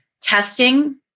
testing